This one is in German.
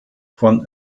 von